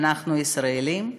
אנחנו ישראלים,